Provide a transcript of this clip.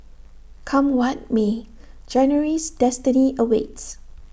come what may January's destiny awaits